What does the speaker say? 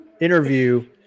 interview